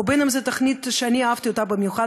ואם תוכנית שאהבתי במיוחד,